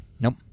Nope